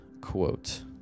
quote